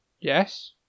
Yes